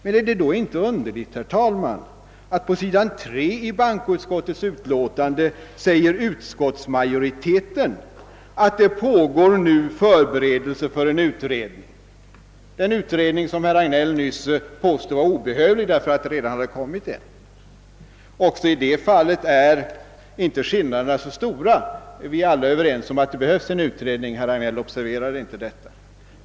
Men är det då inte underligt, herr talman, att utskottsmajoriteten på s. 3 i bankoutskottets utlåtande säger att det nu pågår förberedelser för en utredning, en utredning som herr Hagnell nyss påstod var obehövlig därför att det redan var en utredning tillsatt. Inte heller i detta fall är skillnaderna så stora; vi är alla överens om att det behövs en utredning, men herr Hagnell har inte observerat detta.